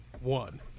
one